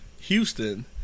Houston